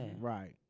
Right